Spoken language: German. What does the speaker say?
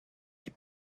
die